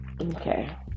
Okay